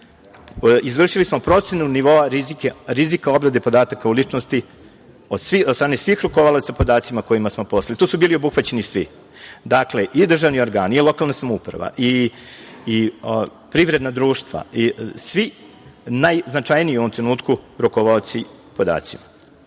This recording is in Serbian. izvršili procenu nivoa rizika obrade podataka o ličnosti od strane svih rukovalaca podacima. Tu su bili obuhvaćeni svi. Dakle, i državni organi, i lokalna samouprava, i privredna društva i svi najznačajniji u ovom trenutku rukovaoci podacima. Takođe,